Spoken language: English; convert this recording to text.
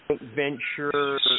venture